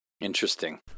Interesting